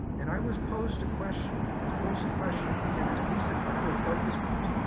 and i was posed a question, i was posed a question in at least a couple of focus groups.